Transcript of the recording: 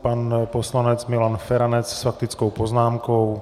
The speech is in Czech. Pan poslanec Milan Feranec s faktickou poznámkou.